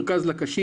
למשל מרכז לקשיש,